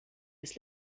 des